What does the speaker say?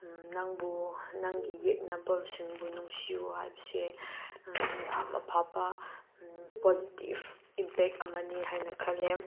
ꯅꯪꯕꯨ ꯅꯪꯒꯤ ꯌꯦꯛꯅꯕꯁꯤꯡꯕꯨ ꯅꯨꯡꯁꯤꯌꯨ ꯍꯥꯏꯕꯁꯦ ꯌꯥꯝ ꯑꯐꯕ ꯄꯣꯖꯤꯇꯤꯐ ꯏꯝꯄꯦꯛ ꯑꯃꯅꯤ ꯍꯥꯏꯅ ꯈꯜꯂꯦ